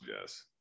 yes